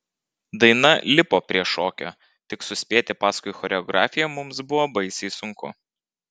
daina lipo prie šokio tik suspėti paskui choreografiją mums buvo baisiai sunku